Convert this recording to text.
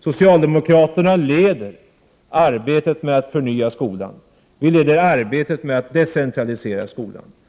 Socialdemokraterna leder arbetet med att förnya skolan. Vi leder arbetet med att decentralisera skolan.